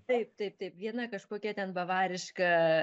taip taip taip viena kažkokia ten bavariška